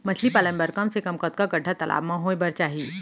मछली पालन बर कम से कम कतका गड्डा तालाब म होये बर चाही?